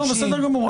טוב, בסדר גמור.